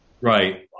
Right